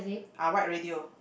ah white radio